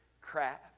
craft